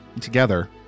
together